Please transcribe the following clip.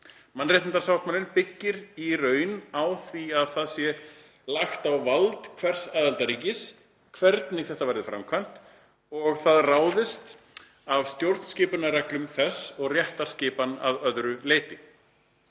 Mannréttindasáttmálinn byggir í raun á því að það sé lagt á vald hvers aðildarríkis hvernig þetta verður framkvæmt og það ráðist af stjórnskipunarreglum þess og réttarskipan að öðru leyti.